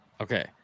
okay